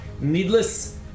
needless